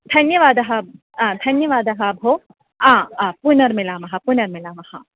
धन्यवादः अ धन्यवादः भो आ आ पुनर्मिलामः पुनर्मिलामः